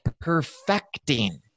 perfecting